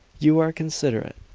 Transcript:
you are considerate,